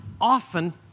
often